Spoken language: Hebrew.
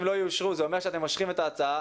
לא יאושר זה אומר שאתם מושכים את ההצעה,